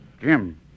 Jim